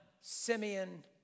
Simeon